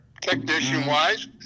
technician-wise